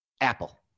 Apple